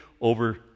over